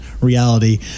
reality